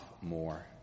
more